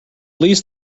least